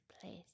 place